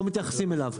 לא מתייחסים אליו.